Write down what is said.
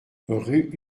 rue